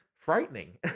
frightening